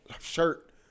Shirt